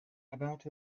about